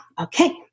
okay